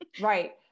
Right